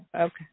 okay